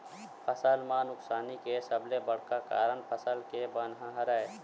फसल म नुकसानी के सबले बड़का कारन फसल के बन ह हरय